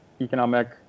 economic